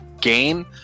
game